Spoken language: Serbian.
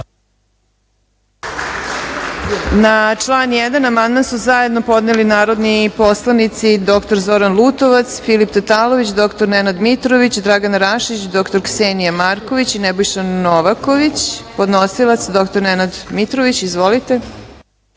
Na član 1. amandman su zajedno podneli narodni poslanici dr Zoran Lutovac, Filip Tatalović, dr Nenad Mitrović, Dragana Rašić, dr Ksenija Marković i Nebojša Novaković. Reč ima podnosilac Nenad Mitrović. Izvolite.